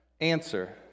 answer